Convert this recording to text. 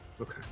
Okay